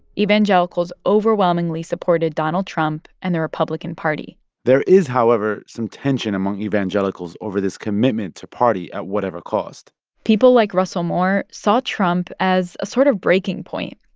evangelicals overwhelmingly supported donald trump and the republican party there is, however, some tension among evangelicals over this commitment to party at whatever cost people like russell moore saw trump as a sort of breaking point.